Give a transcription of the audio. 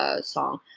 song